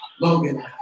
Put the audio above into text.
Logan